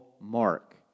Mark